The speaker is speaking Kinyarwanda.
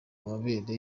amabere